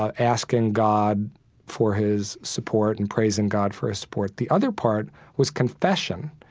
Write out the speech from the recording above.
ah asking god for his support and praising god for his support. the other part was confession.